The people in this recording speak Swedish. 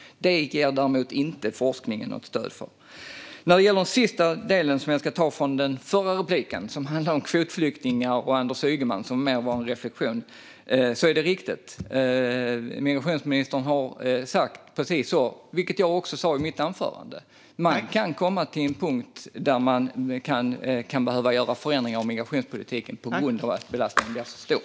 Det ger forskningen inget stöd för. Sedan vill jag ta upp det som sas i den förra repliken om kvotflyktingar och Anders Ygeman. Det var väl mer en reflektion. Det är riktigt att migrationsministern har sagt precis så, vilket jag också sa i mitt anförande. Man kan komma till en punkt där man kan behöva göra förändringar av migrationspolitiken på grund av att belastningen blir så stor.